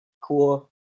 cool